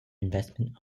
investment